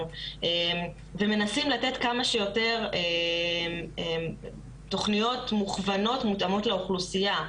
ומנסים לתת כמה שיותר תוכניות מכוונות ומותאמות לאוכלוסייה,